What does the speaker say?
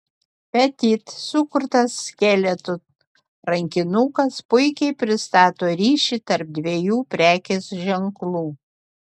petit sukurtas skeleto rankinukas puikiai pristato ryšį tarp dviejų prekės ženklų